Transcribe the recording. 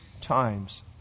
times